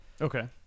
Okay